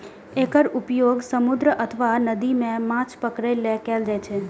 एकर उपयोग समुद्र अथवा नदी मे माछ पकड़ै लेल कैल जाइ छै